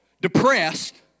depressed